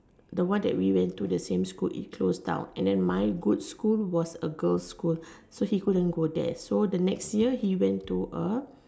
the one that we went to the same school is closed down and then my good school was a girl's school so he couldn't go there so the next year he went to a